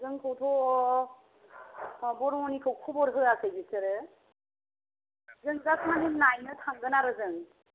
जोंखौथ' ब्रह्मनिखौ खबर होआखै बिसोरो जों जास्ट मानि नायनो थांगोन आरो जों